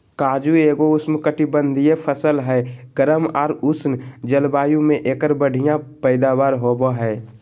काजू एगो उष्णकटिबंधीय फसल हय, गर्म आर उष्ण जलवायु मे एकर बढ़िया पैदावार होबो हय